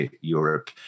Europe